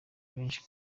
benshi